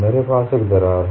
मेरे पास एक दरार है